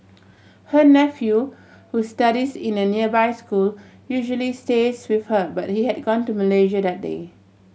her nephew who studies in a nearby school usually stays with her but he had gone to Malaysia that day